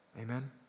Amen